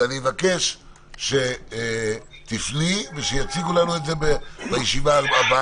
אני מבקש שתפני ושיציגו לנו את זה בישיבה בשבוע הבא